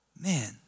man